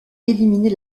éliminer